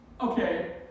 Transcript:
Okay